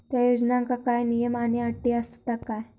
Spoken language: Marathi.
त्या योजनांका काय नियम आणि अटी आसत काय?